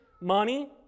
money